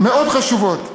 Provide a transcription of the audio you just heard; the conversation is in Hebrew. מאוד חשובות.